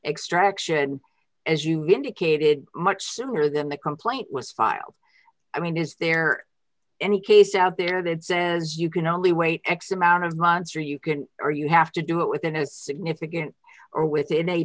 extraction as you indicated much sooner than the complaint was filed i mean is there any case out there that says you can only wait x amount of months or you can or you have to do it within a significant or within a